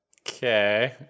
Okay